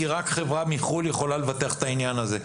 כי רק חברה מחו"ל יכולה לבטח את העניין הזה.